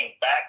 back